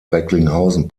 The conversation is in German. recklinghausen